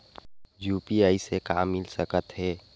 UPI से का मिल सकत हे?